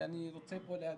אני רוצה פה להדגיש,